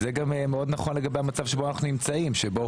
זה גם מאוד נכון לגבי המצב שבו אנחנו נמצאים שבו